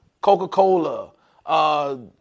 Coca-Cola